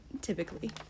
typically